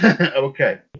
Okay